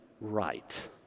right